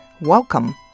Welcome